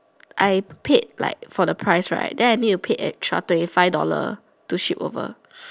I paid like for the price right then I need to pay extra thirty five dollar to ship over